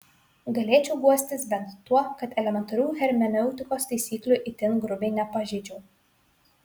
galėčiau guostis bent tuo kad elementarių hermeneutikos taisyklių itin grubiai nepažeidžiau